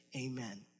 Amen